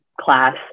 class